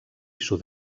sud